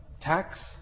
tax